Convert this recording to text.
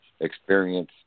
experience